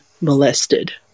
molested